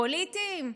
פוליטיים?